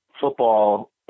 football